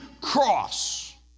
cross